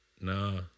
nah